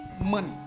money